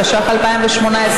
התשע"ח 2018,